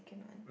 second one